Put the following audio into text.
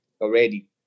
already